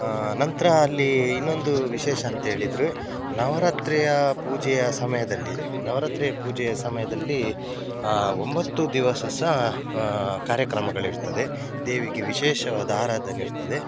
ನಂತರ ಅಲ್ಲಿ ಇನ್ನೊಂದು ವಿಶೇಷ ಅಂಥೇಳಿದ್ರೆ ನವರಾತ್ರಿಯ ಪೂಜೆಯ ಸಮಯದಲ್ಲಿ ನವರಾತ್ರಿಯ ಪೂಜೆಯ ಸಮಯದಲ್ಲಿ ಒಂಬತ್ತು ದಿವಸ ಸಹ ಕಾರ್ಯಕ್ರಮಗಳಿರ್ತದೆ ದೇವಿಗೆ ವಿಶೇಷವಾದ ಆರಾಧನೆ ಇರ್ತದೆ